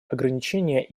ограничения